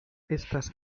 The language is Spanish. estas